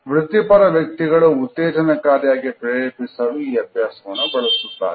ವೃತ್ತಿಪರ ವ್ಯಕ್ತಿಗಳು ಉತ್ತೇಜನಕಾರಿಯಾಗಿ ಪ್ರೇರೇಪಿಸಲು ಈ ಅಭ್ಯಾಸವನ್ನು ಬಳಸುತ್ತಾರೆ